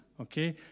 Okay